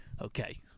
Okay